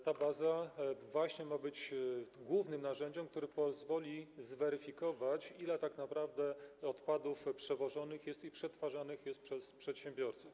Ta baza właśnie ma być głównym narzędziem, które pozwoli zweryfikować, ile tak naprawdę odpadów jest przewożonych i przetwarzanych przez przedsiębiorców.